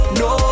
no